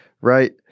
right